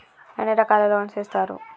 ఎన్ని రకాల లోన్స్ ఇస్తరు?